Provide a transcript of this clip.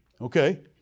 okay